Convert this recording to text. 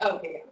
Okay